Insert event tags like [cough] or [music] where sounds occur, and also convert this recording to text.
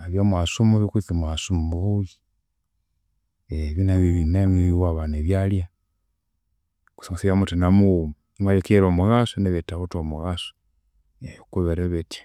Abe mughasu mubi kwitsi mughasu mubuya. [hesitation] Ebyo nabyo binemu iwabana ebyalya kusangwa sibyamuthina mughuma, imwabya imune ebikiyira omughasu nebithawithe omughasa. [hesitation] Kubiri bithya.